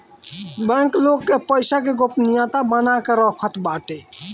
bank लोग के पईसा के गोपनीयता बना के रखत बाटे